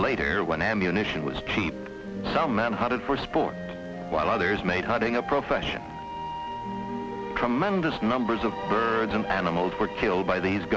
later when ammunition was cheap some men hunted for sport while others made hunting a profession tremendous numbers of birds and animals were killed by these